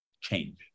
change